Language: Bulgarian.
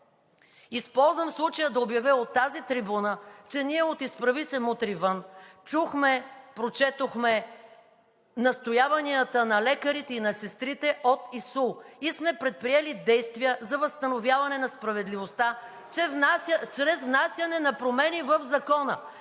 Използвам случая да обявя от тази трибуна, че ние от „Изправи се! Мутри вън!“ чухме, прочетохме настояванията на лекарите и на сестрите от ИСУЛ и сме предприели действия за възстановяване на справедливостта чрез внасяне на промени в закона,